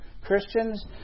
Christians